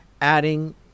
adding